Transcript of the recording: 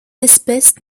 espèce